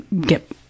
get